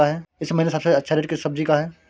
इस महीने सबसे अच्छा रेट किस सब्जी का है?